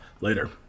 later